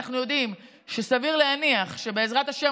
אנחנו יודעים שסביר להניח שבעזרת השם